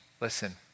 Listen